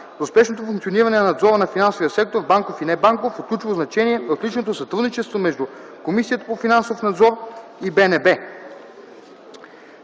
успешното функциониране на надзора на финансовия сектор – банков и небанков, от ключово значение е отличното сътрудничество между Комисията за финансов надзор и